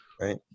Right